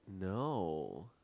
No